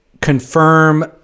confirm